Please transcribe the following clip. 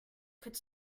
could